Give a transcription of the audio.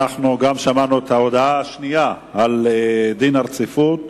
אנחנו גם שמענו את ההודעה השנייה על דין הרציפות,